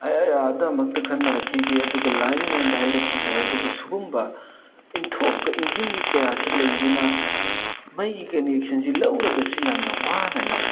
ꯑꯥꯗ ꯑꯃꯨꯛꯇ ꯈꯟꯅꯔꯛꯈꯤꯒꯦ ꯑꯗꯨꯒ ꯂꯥꯏꯟꯃꯦꯟꯗ ꯍꯥꯏꯔꯛꯈꯤꯒꯦ ꯍꯥꯏꯕ ꯁꯤꯒꯨꯝꯕ ꯏꯟꯊꯣꯛꯀ ꯏꯟꯁꯤꯟꯒ ꯀꯌꯥꯁꯤ ꯂꯩꯕꯅ ꯃꯩꯒꯤ ꯀꯟꯅꯦꯛꯁꯟꯁꯤ ꯂꯧꯔꯒꯁꯨ ꯌꯥꯝꯅ ꯋꯥꯅ ꯂꯧꯕ